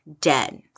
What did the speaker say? dead